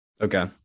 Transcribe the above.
Okay